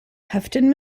houghton